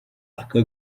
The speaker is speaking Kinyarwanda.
aka